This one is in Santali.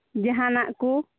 ᱡᱟᱦᱟᱱᱟᱜ ᱠᱚ